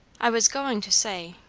i was going to say,